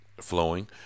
flowing